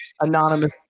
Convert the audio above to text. anonymous